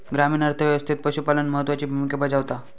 ग्रामीण अर्थ व्यवस्थेत पशुपालन महत्त्वाची भूमिका बजावता